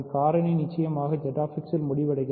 காரணி நிச்சயமாக Z X இல் முடிவடைகிறது